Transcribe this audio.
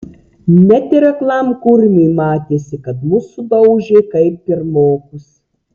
net ir aklam kurmiui matėsi kad mus sudaužė kaip pirmokus